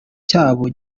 cyabo